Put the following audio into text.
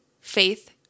faith